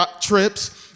trips